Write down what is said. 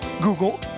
Google